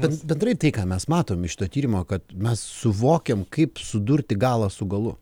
bet bendrai tai ką mes matom iš šito tyrimo kad mes suvokiam kaip sudurti galą su galu